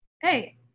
hey